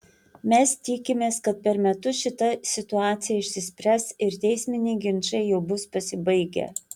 mes tikimės kad per metus šita situacija išsispręs ir teisminiai ginčai jau bus pasibaigę